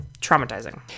traumatizing